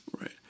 right